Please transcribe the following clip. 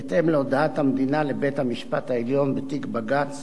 בהתאם להודעת המדינה לבית-המשפט העליון בתיק בג"ץ